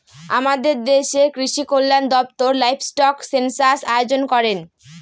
আমাদের দেশের কৃষিকল্যান দপ্তর লাইভস্টক সেনসাস আয়োজন করেন